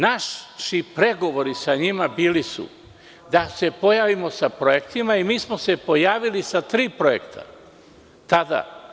Naši pregovori sa njima bili su da se pojavimo sa projektima i pojavili smo se sa tri projekta tada.